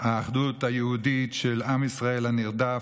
האחדות היהודית של עם ישראל הנרדף,